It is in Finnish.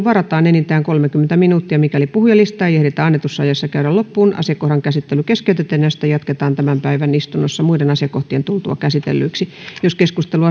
varataan enintään kolmekymmentä minuuttia mikäli puhujalistaa ei ehditä annetussa ajassa käydä loppuun asiakohdan käsittely keskeytetään ja sitä jatketaan tämän päivän istunnossa muiden asiakohtien tultua käsitellyiksi jos keskustelu